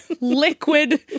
liquid